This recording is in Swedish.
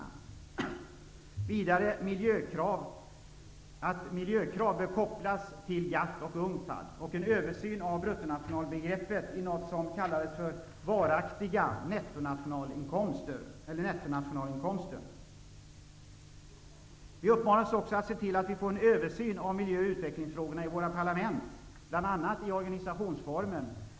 Vi var vidare överens om att miljökrav bör kopplas till GATT och UNCTAD och om att det bör ske en översyn av BNP-begreppet och att man bör överväga något som kallas den varaktiga nettonationalinkomsten. Vi uppmanades också att se till att vi får en översyn av miljö och utvecklingsfrågorna i våra parlament, bl.a. i organisationsformen.